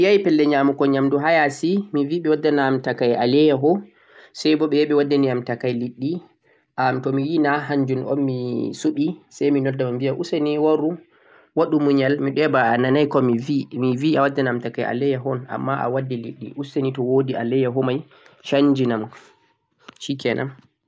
to mi yahi pelle nyaamugo nyaamndu ha ya'si mi bi ɓe wadda na am takay alayyaho, say bo ɓe yahi ɓe waddi takay liɗɗi, am to mi yi na hannjum mi soɓi, say mi nodda mo mi biya useni waru, waɗu muyal mi ɗo yi a ba a nanay ko mi bi, mi bi a wadda nam takay alayyaho un, ammaa a waddi liɗɗi, useni to woodi alayyaho may canjinam, 'shikenan'.